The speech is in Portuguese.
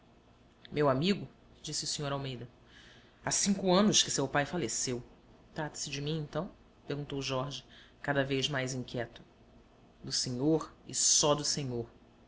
meu amigo disse o sr almeida há cinco anos que seu pai faleceu trata-se de mim então perguntou jorge cada vez mais inquieto do senhor e só do senhor